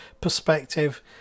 perspective